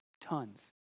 Tons